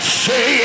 say